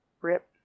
Rip